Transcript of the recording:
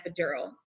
epidural